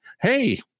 hey